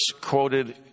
quoted